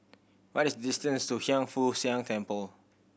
what is the distance to Hiang Foo Siang Temple